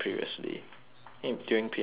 mm during P_M_C period